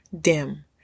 dim